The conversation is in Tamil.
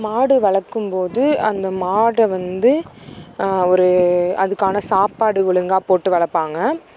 மாடு வளர்க்கும்போது அந்த மாட்ட வந்து ஒரு அதுக்கான சாப்பாடு ஒழுங்கா போட்டு வளர்ப்பாங்க